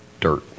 dirt